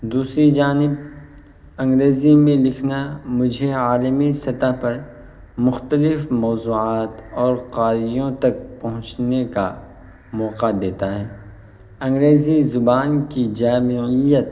دوسری جانب انگریزی میں لکھنا مجھے عالمی سطح پر مختلف موضوعات اور قاریوں تک پہنچنے کا موقع دیتا ہے انگریزی زبان کی جامعیت